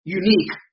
unique